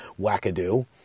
wackadoo